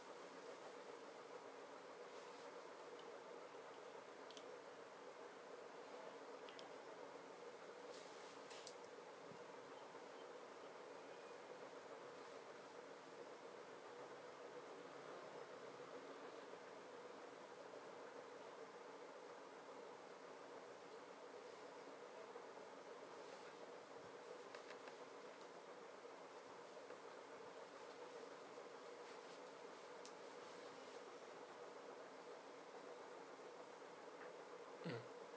mm